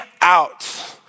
out